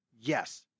Yes